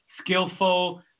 skillful